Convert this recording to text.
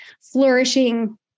flourishing